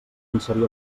inserir